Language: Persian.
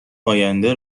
آینده